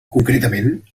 concretament